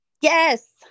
Yes